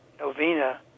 novena